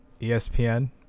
ESPN